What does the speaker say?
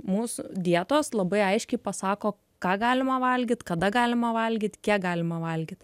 mus dietos labai aiškiai pasako ką galima valgyt kada galima valgyt kiek galima valgyt